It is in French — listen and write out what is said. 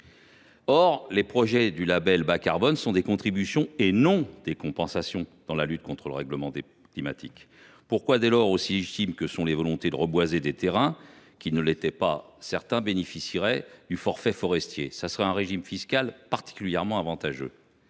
Or les projets du label bas carbone sont des contributions et non des compensations dans la lutte contre le dérèglement climatique. Pourquoi, dès lors, aussi légitime que soit la volonté de reboiser des terrains qui ne l’étaient pas, certains forestiers bénéficieraient ils du forfait forestier, régime fiscal particulièrement avantageux